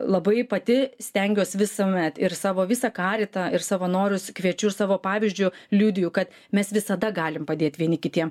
labai pati stengiuos visuomet ir savo visą karitą ir savanorius kviečiu savo pavyzdžiu liudiju kad mes visada galim padėt vieni kitiem